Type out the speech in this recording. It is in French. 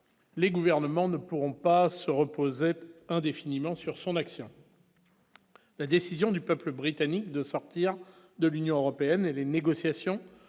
les gouvernements ne pourront pas se reposer indéfiniment sur son action. La décision du peuple britannique de sortir de l'Union européenne et les négociations